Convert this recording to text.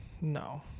No